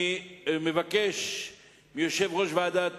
אני מבקש מיושב-ראש ועדת